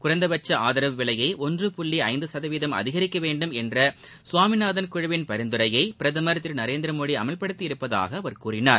குறைந்தபட்ச ஆதரவு விலையை ஒன்று புள்ளி ஐந்து சதவீதம் அதிகரிக்க வேண்டும் என்ற சுவாமிநாதன் குழுவின் பரிந்துரையை பிரதமர் திரு நரேந்திர மோடி அமல்படுத்தியுள்ளதாக அவர் கூறினார்